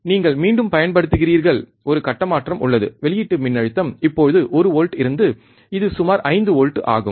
நீங்கள் மீண்டும் பயன்படுத்துகிறீர்கள் ஒரு கட்ட மாற்றம் உள்ளது வெளியீட்டு மின்னழுத்தம் இப்போது ஒரு வோல்ட் இருந்து இது சுமார் 5 வோல்ட் ஆகும்